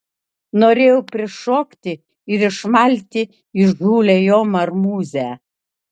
norėjau prišokti ir išmalti įžūlią jo marmūzę